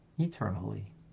eternally